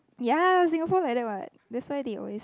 ya Singapore like that one that's why the always